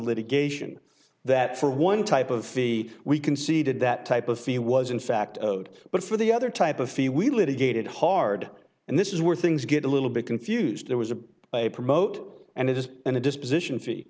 litigation that for one type of the we conceded that type of fee was in fact but for the other type of fee we litigated hard and this is where things get a little bit confused there was a promote and it is in a disposition free